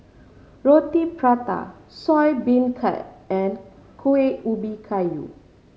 Roti Prata Soya Beancurd and Kuih Ubi Kayu